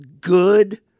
good